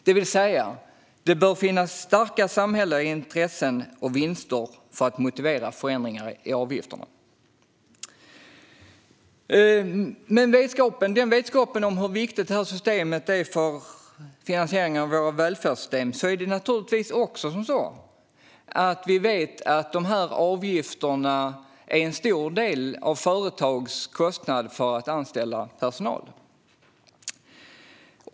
Det bör alltså finnas starka samhälleliga intressen och vinster för att motivera förändringar i avgifterna. Med vetskap om hur viktigt systemet är för finansieringen av våra välfärdssystem vet vi att avgifterna är en stor del av företagens kostnader för att anställa personal.